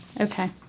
Okay